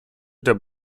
der